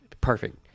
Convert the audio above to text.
perfect